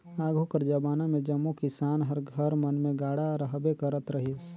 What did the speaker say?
आघु कर जबाना मे जम्मो किसान कर घर मन मे गाड़ा रहबे करत रहिस